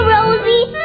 Rosie